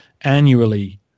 annually